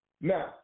Now